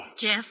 Jeff